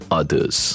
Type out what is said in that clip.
others